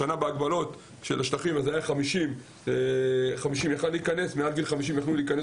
השנה בהגבלות של השטחים אנשים מעל גיל 50 יכלו להיכנס